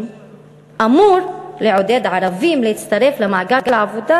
אמור לעודד ערבים להצטרף למעגל העבודה?